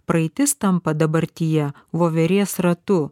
praeitis tampa dabartyje voverės ratu